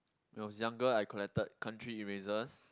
it was younger I collected country erasers